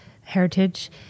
heritage